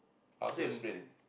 how to explain